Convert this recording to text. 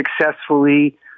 successfully